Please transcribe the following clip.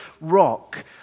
rock